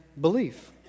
belief